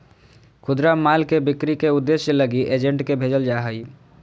खुदरा माल के बिक्री के उद्देश्य लगी एजेंट के भेजल जा हइ